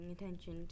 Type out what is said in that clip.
attention